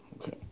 Okay